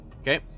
Okay